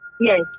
Yes